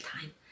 time